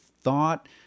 thought